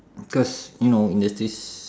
because you know industries